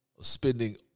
spending